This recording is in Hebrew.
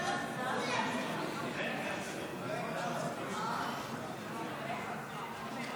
62, אין נמנעים.